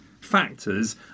factors